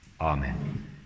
Amen